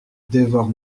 dévore